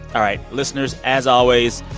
all right, listeners. as always,